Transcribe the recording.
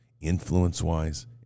influence-wise